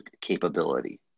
capability